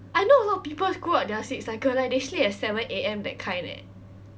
I know a lot of people screw up their sleep cycle like they sleep at seven A_M that kind eh